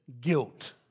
guilt